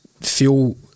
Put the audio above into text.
feel